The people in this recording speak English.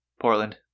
Portland